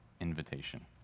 invitation